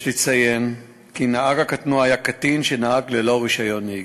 יש לציין כי נהג הקטנוע היה קטין שנהג ללא רישיון נהיגה.